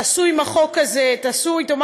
תעשו עם החוק הזה משהו.